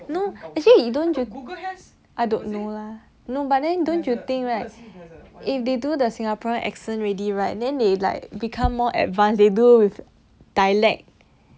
no actually you don't you I don't know lah no but then don't you think right if they do the singaporean accent already right then they like become more advanced they do with dialect